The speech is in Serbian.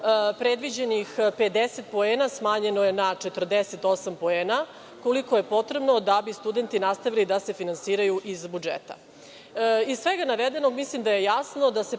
Predviđenih 50 poena smanjeno je na 48 poena, koliko je potrebno da bi studenti nastavili da se finansiraju iz budžeta. Iz svega navedenog, mislim da je jasno da se